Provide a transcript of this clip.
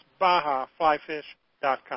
BajaFlyFish.com